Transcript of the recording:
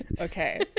Okay